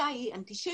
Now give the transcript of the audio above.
מתי היא אנטישמיות,